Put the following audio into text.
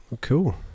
Cool